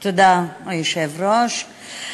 תודה, היושב-ראש.